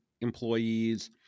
employees